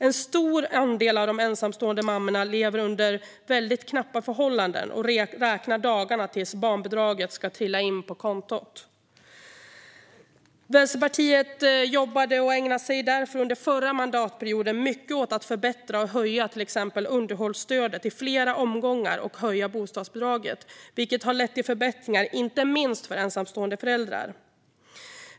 En stor andel av de ensamstående mammorna lever under väldigt knappa förhållanden och räknar dagarna tills barnbidraget ska trilla in på kontot. Vänsterpartiet ägnade sig därför under den förra mandatperioden mycket åt att förbättra och höja till exempel underhållsstödet i flera omgångar och höja bostadsbidraget, vilket har lett till förbättringar inte minst för ensamstående föräldrar.